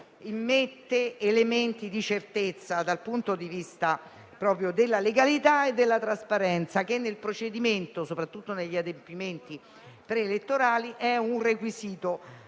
di più elementi di certezza dal punto di vista della legalità e della trasparenza, che nel procedimento e soprattutto negli adempimenti pre-elettorali sono un requisito